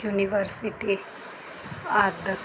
university ਆਦਿ